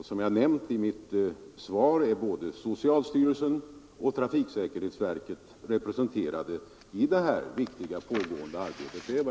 Som jag nämnde i mitt svar är både socialstyrelsen och trafiksäkerhetsverket representerade i detta pågående arbete.